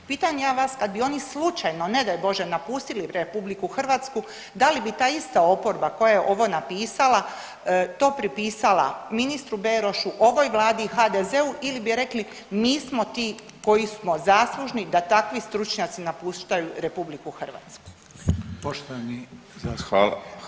Pitam ja vas kad bi oni slučajno ne daj Bože napustili RH da li bi ta ista oporba koja je ovo napisala to pripisala ministru Berošu, ovoj vladi i HDZ-u ili bi rekli mi smo ti koji smo zaslužni da takvi stručnjaci napuštaju RH?